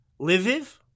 Lviv